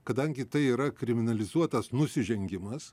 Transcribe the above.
kadangi tai yra kriminalizuotas nusižengimas